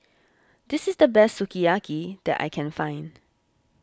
this is the best Sukiyaki that I can find